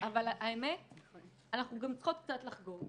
אבל האמת אנחנו גם צריכות קצת לחגוג